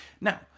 Now